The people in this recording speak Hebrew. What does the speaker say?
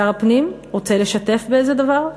שר הפנים רוצה לשתף באיזה דבר?